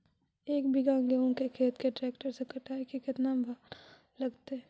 एक बिघा गेहूं के खेत के ट्रैक्टर से कटाई के केतना भाड़ा लगतै?